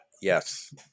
Yes